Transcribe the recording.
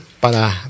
para